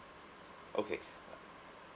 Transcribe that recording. okay